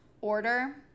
order